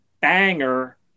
banger